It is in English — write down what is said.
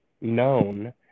known